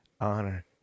honor